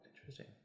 Interesting